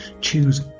Choose